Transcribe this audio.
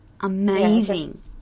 Amazing